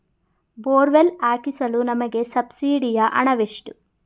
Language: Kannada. ಬೋರ್ವೆಲ್ ಹಾಕಿಸಲು ನಮಗೆ ಸಬ್ಸಿಡಿಯ ಹಣವೆಷ್ಟು?